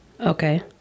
Okay